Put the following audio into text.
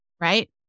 Right